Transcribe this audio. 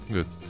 Good